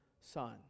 Son